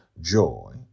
Joy